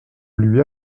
lui